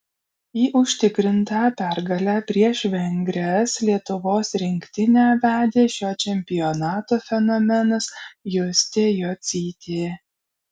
į užtikrintą pergalę prieš vengres lietuvos rinktinę vedė šio čempionato fenomenas justė jocytė